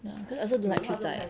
cause I also don't like three side